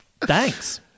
thanks